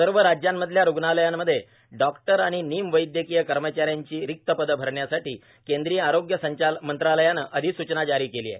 सर्व राज्यांमधल्या रुग्णालयांमध्ये डॉक्टर आणि निम वैद्यकीय कर्मचाऱ्यांची रिक्त पदं भरण्यासाठी केंद्रीय आरोग्य मंत्रालयानं अधिसूचना जारी केली आहे